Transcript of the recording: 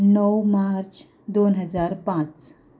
णव मार्च दोन हजार पांच